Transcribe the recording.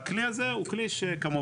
הכלי הזה הוא כלי שכמובן,